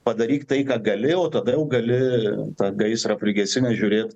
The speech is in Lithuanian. padaryk tai ką gali o tada jau gali tą gaisrą prigesina žiūrėt